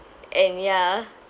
and ya